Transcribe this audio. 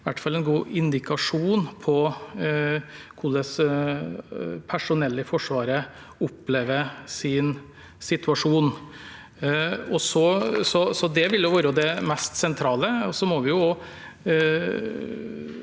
i hvert fall gir en god indikasjon på hvordan personellet i Forsvaret opplever sin situasjon. Det vil være det mest sentrale.